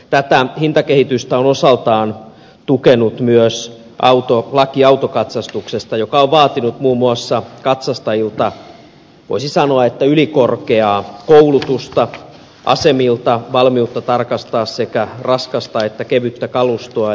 tätä hintakehitystä on osaltaan tukenut myös laki autokatsastuksesta joka on vaatinut muun muassa katsastajilta voisi sanoa ylikorkeaa koulutusta asemilta valmiutta tarkastaa sekä raskasta että kevyttä kalustoa